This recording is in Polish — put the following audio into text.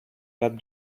lat